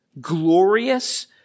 glorious